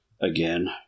again